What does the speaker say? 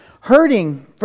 hurting